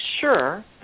sure